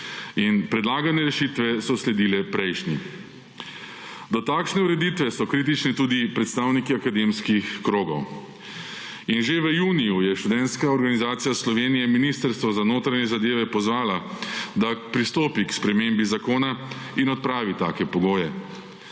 In predlagane rešitve so sledile prejšnji. Do takšne ureditve so kritični tudi predstavniki akademskih krogov. In že v juniju je študentska organizacija Slovenije Ministrstvo za notranje pozvala, da pristopi k spremembi zakona in odpravi take pogoje.